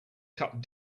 cut